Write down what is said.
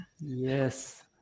Yes